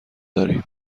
داریم